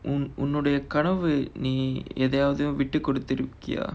um உன்னுடைய கனவு நீ எதயாவது விட்டு கொடுத்து இருக்கியா:unnudaiya kanavu nee ethayaavathu vittu koduthu irukkiyaa